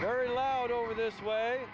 very loud over this way